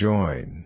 Join